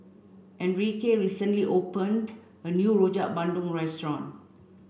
Enrique recently opened a new Rojak Bandung Restaurant